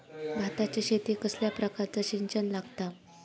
भाताच्या शेतीक कसल्या प्रकारचा सिंचन लागता?